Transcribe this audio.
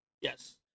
Yes